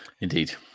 Indeed